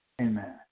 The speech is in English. Amen